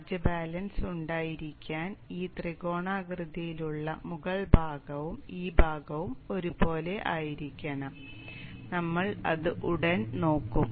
charge balance ഉണ്ടായിരിക്കാൻ ഈ ത്രികോണാകൃതിയിലുള്ള മുകൾ ഭാഗവും ഈ ഭാഗവും ഒരുപോലെ ആയിരിക്കണം നമ്മൾ അത് ഉടൻ നോക്കും